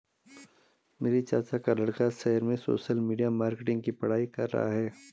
मेरे चाचा का लड़का शहर में सोशल मीडिया मार्केटिंग की पढ़ाई कर रहा है